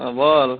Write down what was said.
হ্যাঁ বল